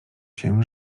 się